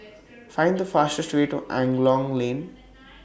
Find The fastest Way to Angklong Lane